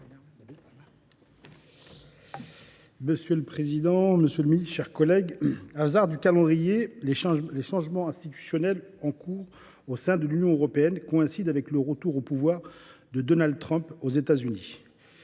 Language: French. Monsieur le président, monsieur le ministre, mes chers collègues, par un hasard du calendrier, les changements institutionnels en cours au sein de l’Union européenne coïncident avec le retour au pouvoir de Donald Trump aux États Unis.